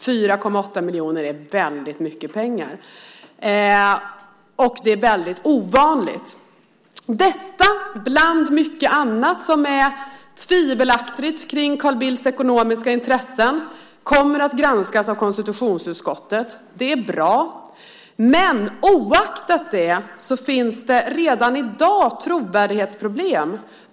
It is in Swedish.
4,8 miljoner är väldigt mycket pengar. Och detta är väldigt ovanligt. Detta, bland mycket annat som är tvivelaktigt kring Carl Bildts ekonomiska intressen, kommer att granskas av konstitutionsutskottet. Det är bra. Oaktat det finns det redan i dag trovärdighetsproblem.